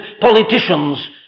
politicians